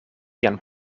vian